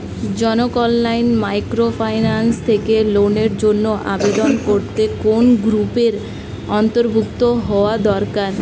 Janakalyan microfinance থেকে লোনের জন্য আবেদন করতে কোন গ্রুপের অন্তর্ভুক্ত হওয়া দরকার?